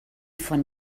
von